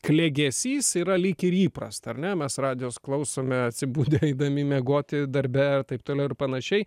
klegesys yra lyg ir įprasta ar ne mes radijo klausome atsibudę eidami miegoti darbe taip toliau ir panašiai